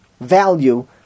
value